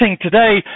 today